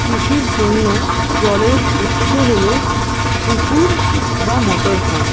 কৃষির জন্য জলের উৎস হলো পুকুর বা মটর পাম্প